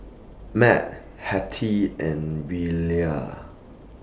Mat Hattie and Rilla